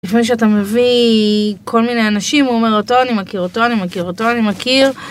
לפני שאתה מביא כל מיני אנשים, הוא אומר, אותו אני מכיר, אותו אני מכיר, אותו אני מכיר.